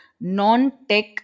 non-tech